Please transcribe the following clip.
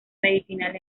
medicinal